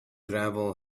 gravel